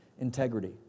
integrity